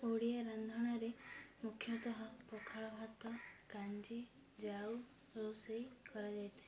ଓଡ଼ିଆ ରାନ୍ଧଣାରେ ମୁଖ୍ୟତଃ ପଖାଳ ଭାତ କାଞ୍ଜି ଜାଉ ରୋଷେଇ କରାଯାଇ ଥାଏ